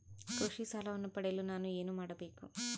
ಕೃಷಿ ಸಾಲವನ್ನು ಪಡೆಯಲು ನಾನು ಏನು ಮಾಡಬೇಕು?